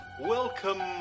Welcome